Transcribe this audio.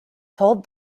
told